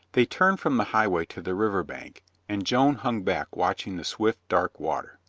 they turned from the highway to the river bank and joan hung back watching the swift, dark water.